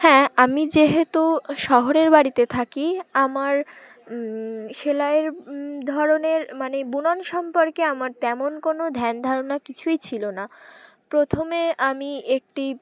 হ্যাঁ আমি যেহেতু শহরের বাড়িতে থাকি আমার সেলাইয়ের ধরনের মানে বুনন সম্পর্কে আমার তেমন কোনো ধ্যান ধারণা কিছুই ছিল না প্রথমে আমি একটি